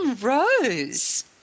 Rose